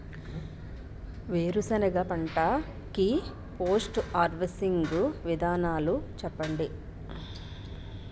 వేరుసెనగ పంట కి పోస్ట్ హార్వెస్టింగ్ విధానాలు చెప్పండీ?